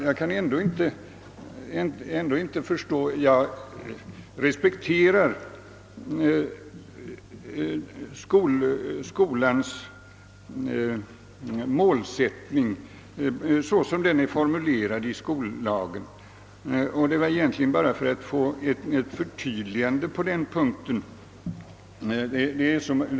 Jag respekterar skolans målsättning såsom den är formulerad i skollagen. Det var egentligen bara för att få ett förtydligande på en punkt som jag ställde min fråga.